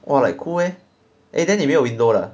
!wah! like cool eh eh then 你没有 window 的